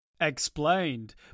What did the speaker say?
Explained